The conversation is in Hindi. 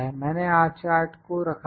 मैंने R चार्ट को रखा है